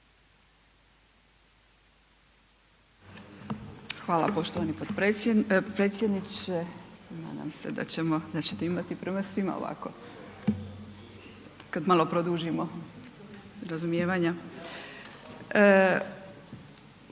Hvala poštovani predsjedniče, nadam se da ćete imati prema svima ovako, kad malo produžimo, razumijevanja.